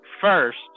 first